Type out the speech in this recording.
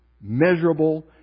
measurable